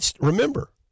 remember